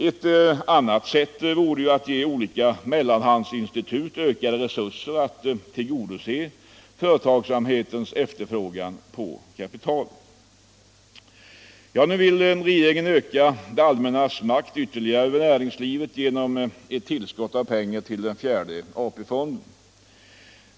Ett annat sätt vore att ge olika mellanhandsinstitut ökade resurser att tillgodose företagsamhetens efterfrågan på kapital. Nu vill regeringen ytterligare öka det allmännas makt över näringslivet genom ett tillskott av pengar till fjärde AP-fonden.